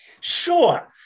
Sure